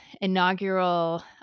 inaugural